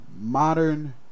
modern